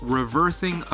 reversing